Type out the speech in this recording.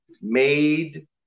made